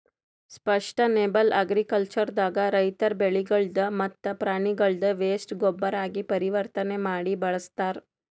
sustainable agriculture ದಾಗ ರೈತರ್ ಬೆಳಿಗಳ್ದ್ ಮತ್ತ್ ಪ್ರಾಣಿಗಳ್ದ್ ವೇಸ್ಟ್ ಗೊಬ್ಬರಾಗಿ ಪರಿವರ್ತನೆ ಮಾಡಿ ಬಳಸ್ತಾರ್